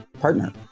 partner